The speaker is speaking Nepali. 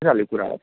र यही कुरा हो